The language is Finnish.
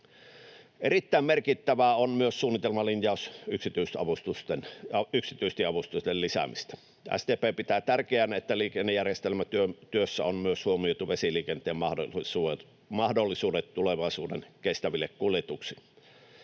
Erittäin merkittävä on myös suunnitelman linjaus yksityistieavustusten lisäämisestä. SDP pitää tärkeänä, että liikennejärjestelmätyössä on huomioitu myös vesiliikenteen mahdollisuudet tulevaisuuden kestäville kuljetuksille.